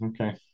Okay